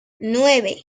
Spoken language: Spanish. nueve